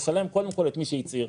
לשלם קודם כול את מי שהצהיר.